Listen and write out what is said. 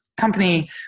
company